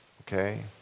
Okay